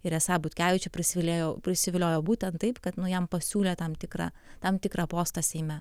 ir esą butkevičių prisiviliojo prisiviliojo būtent taip kad nu jam pasiūlė tam tikrą tam tikrą postą seime